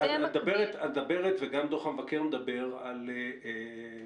את מדברת וגם דוח המבקר מדבר על אוכלוסיות,